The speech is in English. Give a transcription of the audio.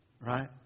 Right